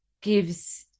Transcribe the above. gives